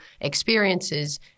experiences